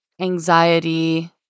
anxiety